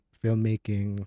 filmmaking